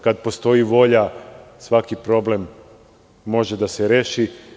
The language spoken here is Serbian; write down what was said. Kada postoji volja svaki problem može da se reši.